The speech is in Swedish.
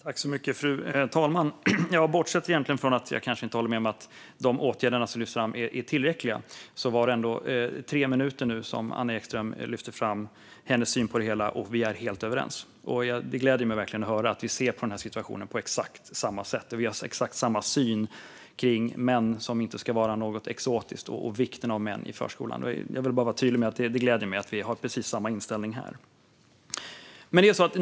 Fru talman! Bortsett från att jag kanske inte håller med om att de åtgärder som lyfts fram är tillräckliga var detta ändå tre minuter som Anna Ekström ägnade åt att lyfta fram sin syn på det hela - och vi är helt överens. Det gläder mig verkligen att vi ser på den här situationen på exakt samma sätt. Vi har exakt samma syn på att män inte ska ses som något exotiskt och på vikten av män i förskolan. Jag vill vara tydlig med att det gläder mig att vi har precis samma inställning här.